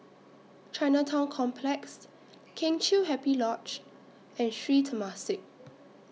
Chinatown Complex Kheng Chiu Happy Lodge and Sri Temasek